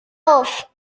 auf